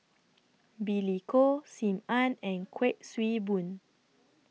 Billy Koh SIM Ann and Kuik Swee Boon